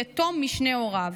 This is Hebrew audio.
יתום משני הוריו.